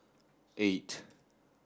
eight